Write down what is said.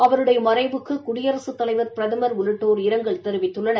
அவருடைய மறைவுக்கு குடியரசுத் தலைவர் பிரதமர் உள்ளிட்டோர் இரங்கல் தெரிவித்துள்ளனர்